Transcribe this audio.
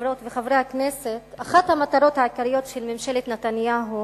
העיקריות של ממשלת נתניהו